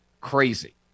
crazy